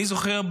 אני זוכר,